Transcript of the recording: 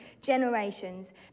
generations